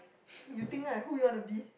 you think lah who you want to be